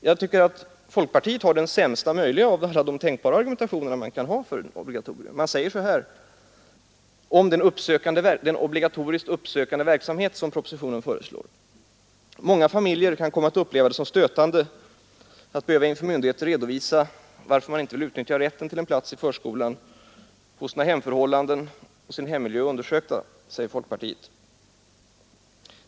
Jag tycker att folkpartiet har den sämsta möjliga av alla tänkbara argumentationer för ett obligatorium. Man säger nämligen så här om den obligatoriskt uppsökande verksamhet som föreslås i propositionen: ”Många familjer kan komma att uppleva det som stötande att behöva inför myndigheter redovisa varför man inte vill utnyttja rätten till en plats i förskolan och få sina hemförhållanden och sin hemmiljö undersökta.